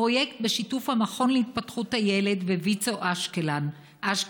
פרויקט בשיתוף המכון להתפתחות הילד וויצ"ו אשקלון,